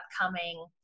upcoming